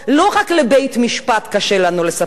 לא רק לבית-משפט קשה לנו לספר,